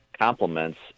complements